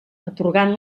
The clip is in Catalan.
atorgant